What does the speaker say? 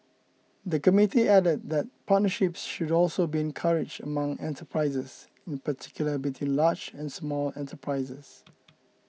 the committee added that partnerships should also be encouraged among enterprises in particular between large and small enterprises